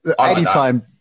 anytime